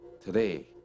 Today